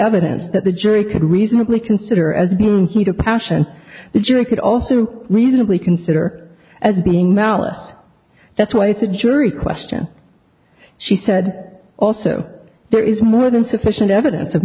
evidence that the jury could reasonably consider as being heat of passion the jury could also reasonably consider as being malice that's why it's a jury question she said also there is more than sufficient evidence of